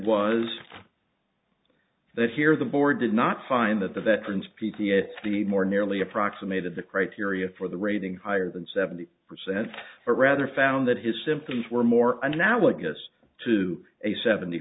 was that here the board did not find that the veterans p t s d more nearly approximated the criteria for the rating higher than seventy percent but rather found that his symptoms were more analogous to a seventy